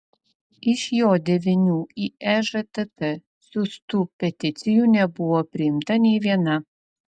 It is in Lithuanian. iš jo devynių į ežtt siųstų peticijų nebuvo priimta nė viena